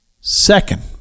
Second